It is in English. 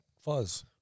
fuzz